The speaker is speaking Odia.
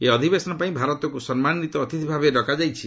ଏହି ଅଧିବେଶନ ପାଇଁ ଭାରତକୁ ସମ୍ମାନିତ ଅତିଥବ ଭାବେ ଡକାଯାଇଛି